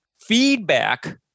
Feedback